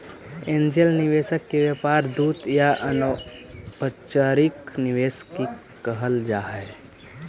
angel निवेशक के व्यापार दूत या अनौपचारिक निवेशक भी कहल जा हई